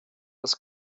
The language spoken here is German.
das